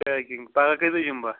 packing پگاہ کٔژِ بجہِ یِمہٕ بہٕ